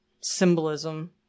symbolism